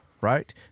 right